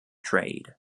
trade